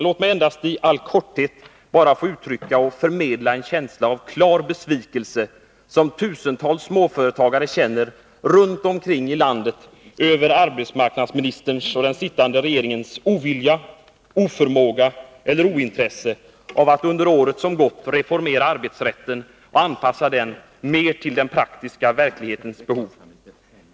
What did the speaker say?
Låt mig endast i all korthet uttrycka och förmedla en känsla av klar besvikelse som tusentals småföretagare känner runt om i landet över arbetsmarknadsministerns och den sittande regeringens ovilja, oförmåga eller ointresse att under det år som har gått reformera arbetsrätten och mer anpassa den till den praktiska verklighetens behov.